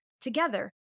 together